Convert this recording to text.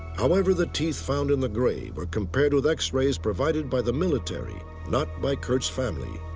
however, the teeth found in the grave were compared with x-rays provided by the military, not by curt's family.